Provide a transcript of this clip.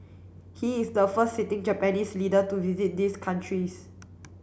he is the first sitting Japanese leader to visit these countries